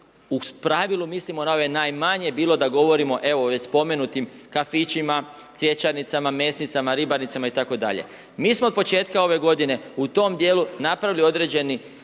u pravilu mislimo na ove najmanje, bilo da govorimo o spomenutim, kafićima, cvjećarnicama, mesnicama, ribarnicama itd. Mi smo od početka ove g. u tom dijelu napravili i određeni